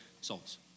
souls